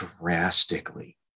drastically